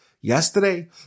yesterday